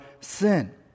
sin